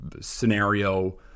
scenario